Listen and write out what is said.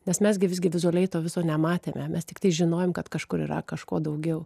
nes mes gi visgi vizualiai to viso nematėme mes tiktai žinojom kad kažkur yra kažko daugiau